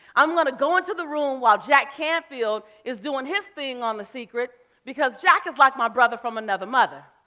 i'm going to go into the room while jack canfield is doing his thing on the secret because jack is like my brother from another mother.